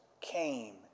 came